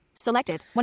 selected